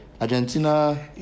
Argentina